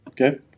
okay